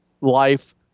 life